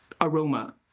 aroma